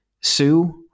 Sue